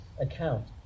account